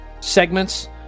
segments